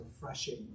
refreshing